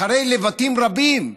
אחרי לבטים רבים,